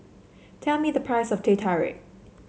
tell me the price of Teh Tarik